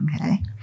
Okay